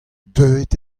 deuet